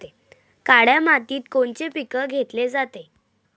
काळ्या मातीत कोनचे पिकं घेतले जाते?